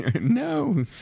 No